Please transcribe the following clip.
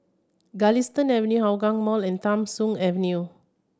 Galistan Avenue Hougang Mall and Tham Soong Avenue